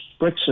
Brexit